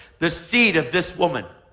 the seed of this woman,